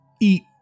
Eat